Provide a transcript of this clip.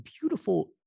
beautiful